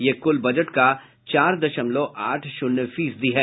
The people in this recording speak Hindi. यह कुल बजट का चार दशमलव आठ शून्य फीसदी है